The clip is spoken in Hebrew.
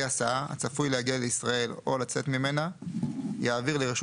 הסעה הצפוי להגיע לישראל או לצאת ממנה יעביר לרשות